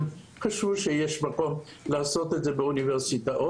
הם חשבו שיש מקום לעשות את זה באוניברסיטאות,